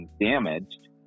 damaged